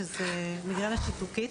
שזה מיגרנה שיתוקית.